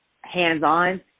hands-on